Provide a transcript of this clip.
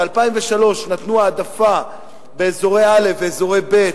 ב-2003 נתנו העדפה באזורי א' ואזורי ב',